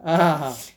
ah !huh! !huh! !huh!